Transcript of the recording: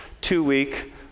two-week